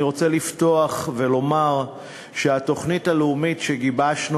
אני רוצה לפתוח ולומר שהתוכנית הלאומית שגיבשנו